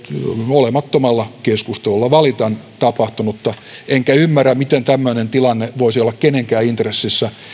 olemattomalla keskustelulla valitan tapahtunutta enkä ymmärrä miten tämmöinen tilanne voisi olla kenenkään intressissä